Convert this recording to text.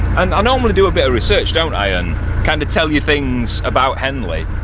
and i normally do a bit of research don't i and kind of tell you things about henley.